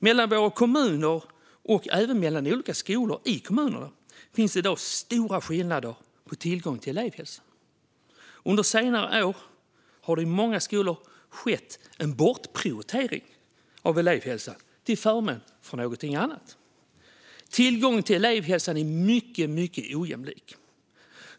Mellan våra kommuner och även mellan olika skolor i kommunerna finns det i dag stora skillnader på tillgång till elevhälsan. Under senare år har det i många skolor skett en bortprioritering av elevhälsan till förmån för någonting annat. Tillgången till elevhälsan är mycket ojämlik.